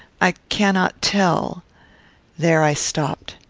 i cannot tell there i stopped.